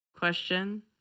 question